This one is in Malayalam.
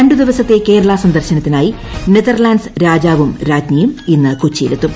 രണ്ടു ദിവസത്തെ ഏക്രേളാ സന്ദർശനത്തിനായി ന് നെതർലാന്റ്സ് രാജ്വും രാജ്ഞിയും ഇന്ന് കൊച്ചിയിലെത്തും